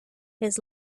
his